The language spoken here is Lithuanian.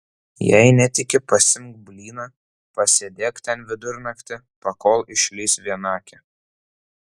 jei netiki pasiimk blyną pasėdėk ten vidurnaktį pakol išlįs vienakė